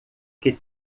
que